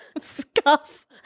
scuff